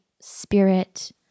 spirit